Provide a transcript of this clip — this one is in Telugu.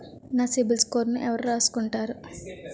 నా సిబిల్ స్కోరును ఎవరు రాసుకుంటారు